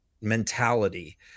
mentality